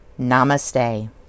Namaste